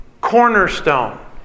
cornerstone